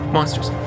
Monsters